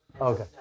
Okay